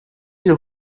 you